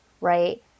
right